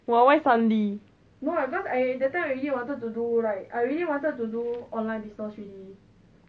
!wah! why suddenly